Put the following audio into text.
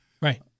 Right